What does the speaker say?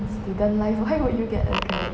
student life why would you get a credit